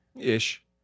ish